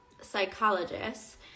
psychologist